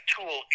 Tool